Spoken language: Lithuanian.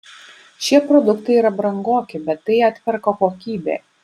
šie produktai yra brangoki bet tai atperka kokybė